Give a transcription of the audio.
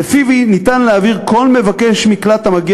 שלפיו ניתן להעביר כל מבקש מקלט המגיע